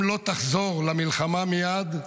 אם לא תחזור למלחמה מייד,